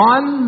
One